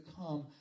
come